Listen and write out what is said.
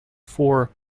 for